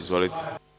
Izvolite.